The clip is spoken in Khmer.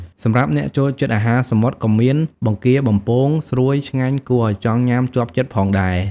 សម្រាប់អ្នកចូលចិត្តអាហារសមុទ្រ ក៏មាន បង្គាបំពង ស្រួយឆ្ងាញ់គួរឲ្យចង់ញ៉ាំជាប់ចិត្តផងដែរ។